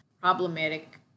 problematic